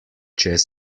čez